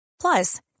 Plus